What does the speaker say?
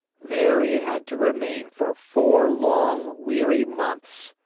there he had to remain for four long, weary months.